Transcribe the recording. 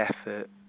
effort